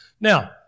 Now